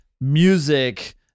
music